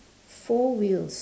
four wheels